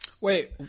Wait